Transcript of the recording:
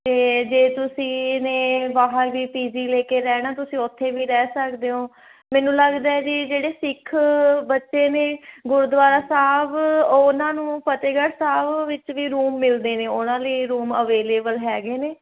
ਅਤੇ ਜੇ ਤੁਸੀਂ ਨੇ ਬਾਹਰ ਵੀ ਪੀਜੀ ਲੈ ਕੇ ਰਹਿਣਾ ਤੁਸੀਂ ਉੱਥੇ ਵੀ ਰਹਿ ਸਕਦੇ ਹੋ ਮੈਨੂੰ ਲੱਗਦਾ ਜੀ ਜਿਹੜੇ ਸਿੱਖ ਬੱਚੇ ਨੇ ਗੁਰਦੁਆਰਾ ਸਾਹਿਬ ਉਹਨਾਂ ਨੂੰ ਫਤਿਹਗੜ੍ਹ ਸਾਹਿਬ ਵਿੱਚ ਵੀ ਰੂਮ ਮਿਲਦੇ ਨੇ ਉਹਨਾਂ ਲਈ ਰੂਮ ਅਵੇਲੇਬਲ ਹੈਗੇ ਨੇ